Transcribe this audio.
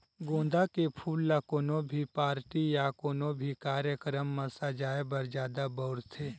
गोंदा के फूल ल कोनो भी पारटी या कोनो भी कार्यकरम म सजाय बर जादा बउरथे